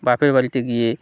বাপের বাড়িতে গিয়ে